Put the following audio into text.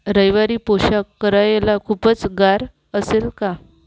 रैवारी पोशाख करायला खूपच गार असेल का